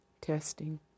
testing